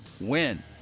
win